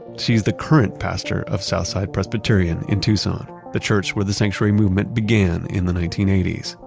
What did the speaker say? she's the current pastor of southside presbyterian in tucson, the church where the sanctuary movement began in the nineteen eighty s.